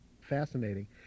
fascinating